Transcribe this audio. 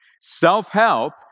Self-help